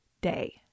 day